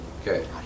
Okay